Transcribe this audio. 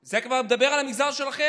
זה אני כבר מדבר על המגזר שלכם,